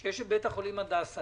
יש את בית החולים הדסה,